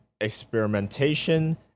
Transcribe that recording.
experimentation